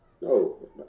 No